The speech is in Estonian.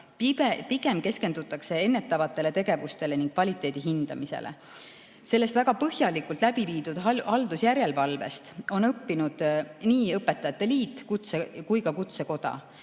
Pigem keskendutakse ennetavatele tegevustele ning kvaliteedi hindamisele. Sellest väga põhjalikult läbi viidud haldusjärelevalvest on õppinud nii õpetajate liit kui ka Kutsekoda.